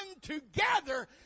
together